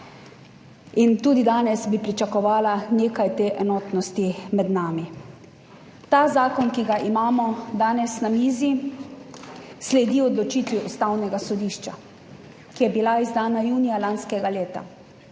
Tudi danes bi pričakovala nekaj te enotnosti med nami. Ta zakon, ki ga imamo danes na mizi, sledi odločitvi Ustavnega sodišča, ki je bila izdana junija lanskega leta.